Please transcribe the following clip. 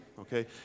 okay